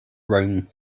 rome